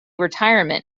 retirement